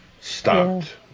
stopped